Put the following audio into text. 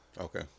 Okay